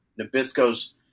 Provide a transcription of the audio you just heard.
Nabisco's